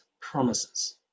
promises